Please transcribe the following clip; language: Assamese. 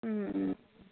ও ও